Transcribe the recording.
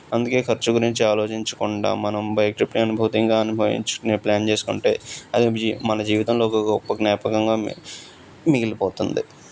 అందుకే ఖర్చు గురించి ఆలోచించకుండా మనం బైక్ ట్రిప్ని అనుభూతిగా అనుభవించుకునే ప్లాన్ చేసుకుంటే అదే మన జీవితంలో ఒక గొప్ప జ్ఞాపకంగా మిగిలిపోతుంది